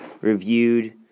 reviewed